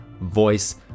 voice